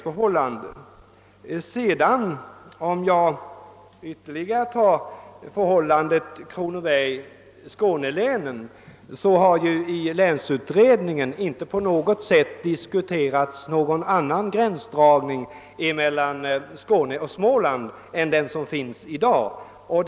För att ytterligare gå in på förhållandena mellan Kronobergs län och skånelänen vill jag säga att man i länsutredningen inte på något sätt ifrågasatt någon annan gränsdragning mellan Skåne och Småland än den nuvarande.